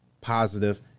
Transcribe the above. positive